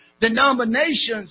denominations